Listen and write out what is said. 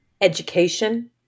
education